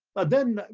but then,